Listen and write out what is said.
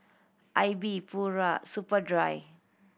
Aibi Pura Superdry